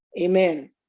amen